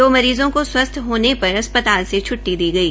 दो मरीज़ों को स्वस्थ होने पर अस्पताल से छुट्टी दी गई